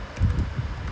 I think come out already